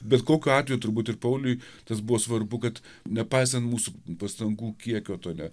bet kokiu atveju turbūt ir pauliui tas buvo svarbu kad nepaisant mūsų pastangų kiekio to ne